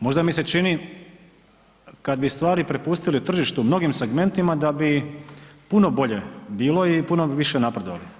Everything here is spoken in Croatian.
Možda mi se čini kad bi stvari prepustili tržištu u mnogim segmentima da bi puno bolje bilo i puno bi više napredovali.